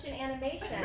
animation